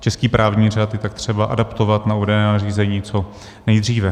Český právní řád je tak třeba adaptovat na uvedené nařízení co nejdříve.